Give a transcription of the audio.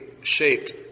shaped